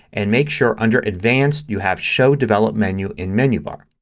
and make sure under advanced you have show develop menu in menu bar.